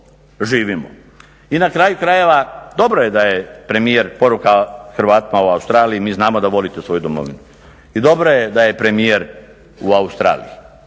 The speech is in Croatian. I na kraju krajeva dobro je da je premijer poruka Hrvatima u Australiji, mi znamo da volite svoju Domovinu. I dobro je da je premijer u Australiji.